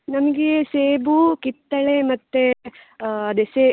ನಮಗೆ ಸೇಬು ಕಿತ್ತಳೆ ಮತ್ತು ಅದೇ ಸೆ